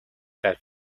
that